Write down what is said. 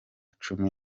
cumi